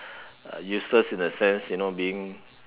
uh useless in the sense you know being